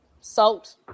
salt